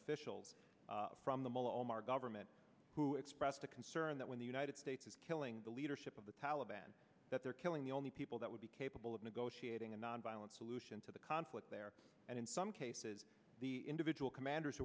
officials from the mullah omar government who expressed a concern that when the united states is killing the leadership of the taliban that they're killing the only people that would be capable of negotiating a nonviolent solution to the conflict there and in some cases the individual commanders